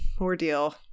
ordeal